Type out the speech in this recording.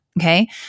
Okay